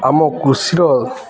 ଆମ କୃଷିର